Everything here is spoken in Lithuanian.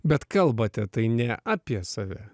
bet kalbate tai ne apie save